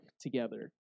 together